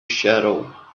shadow